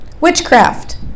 witchcraft